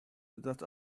that